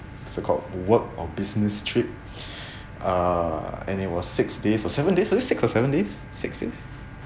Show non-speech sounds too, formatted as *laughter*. so called work of business trip *breath* uh and it was six days or seven days was it six or seven days six days